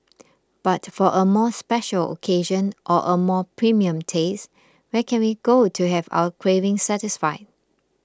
but for a more special occasion or a more premium taste where can we go to have our craving satisfied